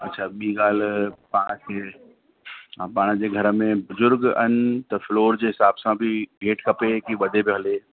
अछा ॿी ॻाल्हि पाण खे पाण जे घर में बुज़ुर्ग आहिनि त फ़्लोर जे हिसाब सां बि हेठि खपे की वधे बि हले